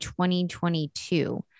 2022